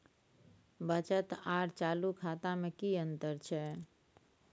बचत आर चालू खाता में कि अतंर छै?